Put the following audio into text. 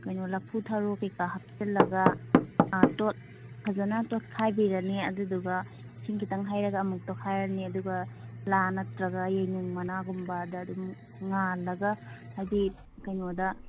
ꯀꯩꯅꯣ ꯂꯐꯨꯊꯔꯣ ꯀꯩꯀꯥ ꯍꯥꯞꯆꯤꯜꯂꯒ ꯇꯣꯠ ꯐꯖꯅ ꯇꯣꯠꯈꯥꯏꯕꯤꯔꯅꯤ ꯑꯗꯨꯗꯨꯒ ꯏꯁꯤꯡ ꯈꯤꯇꯪ ꯍꯩꯔꯒ ꯑꯃꯨꯛ ꯇꯣꯠꯈꯥꯏꯔꯅꯤ ꯑꯗꯨꯒ ꯂꯥ ꯅꯠꯇꯔꯒ ꯌꯥꯏꯉꯥꯡ ꯃꯅꯥꯒꯨꯝꯕꯗ ꯑꯗꯨꯝ ꯉꯥꯜꯂꯒ ꯍꯥꯏꯗꯤ ꯀꯩꯅꯣꯗ